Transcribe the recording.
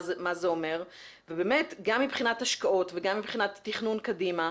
מה זה אומר ובאמת מבחינת השקעות גם מבחינת תכנון קדימה.